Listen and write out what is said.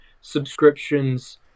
subscriptions